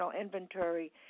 inventory